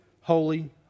holy